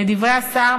לדברי השר,